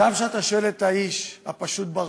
גם כשאתה שואל את האיש הפשוט ברחוב,